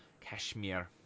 Kashmir